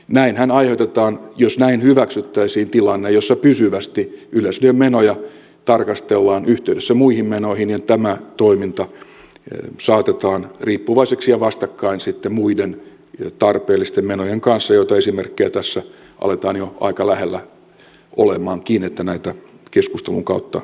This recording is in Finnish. näinhän aiheutetaan jos näin hyväksyttäisiin tilanne jossa pysyvästi yleisradion menoja tarkastellaan yhteydessä muihin menoihin että tämä toiminta saatetaan riippuvaiseksi ja vastakkain muiden tarpeellisten menojen kanssa joita esimerkkejä tässä aletaan jo aika lähellä olemaankin että näitä keskustelun kautta haetaan